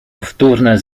powtórne